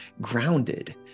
grounded